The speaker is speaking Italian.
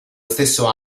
stesso